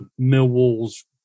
Millwall's